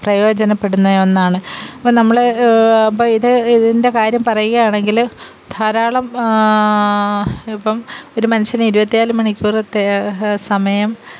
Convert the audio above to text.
പ്രയോജനപ്പെടുന്ന ഒന്നാണ് അപ്പോൾ നമ്മൾ അപ്പോൾ ഇത് ഇതിന്റെ കാര്യം പറയുവാണെങ്കിൽ ധാരാളം ഇപ്പം ഒരു മനുഷ്യന് ഇരുപത്തിനാല് മണിക്കൂറത്തെ സമയം